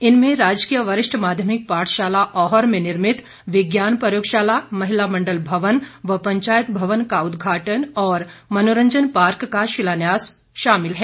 इनमें राजकीय वरिष्ठ माध्यमिक पाठशाला औहर में निर्मित विज्ञान प्रयोगशाला महिला मंडल भवन व पंचायत भवन का उद्घाटन और मंनोरंजन पार्क का शिलान्यास शामिल है